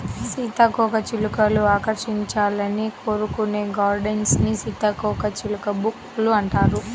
సీతాకోకచిలుకలు ఆకర్షించాలని కోరుకునే గార్డెన్స్ ని సీతాకోకచిలుక బుష్ లు అంటారు